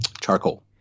charcoal